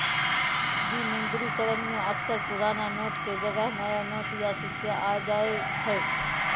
विमुद्रीकरण में अक्सर पुराना नोट के जगह नया नोट या सिक्के आ जा हइ